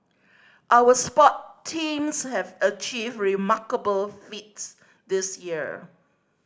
our sport teams have achieved remarkable feats this year